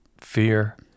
Fear